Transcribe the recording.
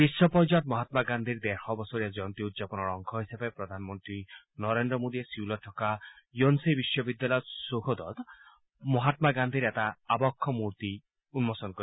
বিখ্পৰ্যায়ত মহামা গান্ধীৰ ডেৰশ বছৰীয়া জয়ন্তী উদযাপনৰ অংশ হিচাপে প্ৰধানমন্ত্ৰী নৰেন্দ্ৰ মোদীয়ে চিউলত থকা য়োনচেই বিশ্ববিদ্যালয় চৌহদত মহাম্মা গান্ধীৰ এটা আৰক্ষ মূৰ্তি উন্মোচন কৰিব